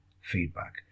feedback